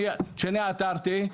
שאני עתרתי,